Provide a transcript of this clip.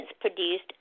produced